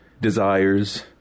Desires